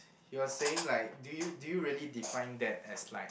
he was saying like do you do you really define that as like